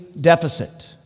deficit